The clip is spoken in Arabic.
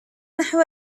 نحو